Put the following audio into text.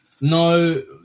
No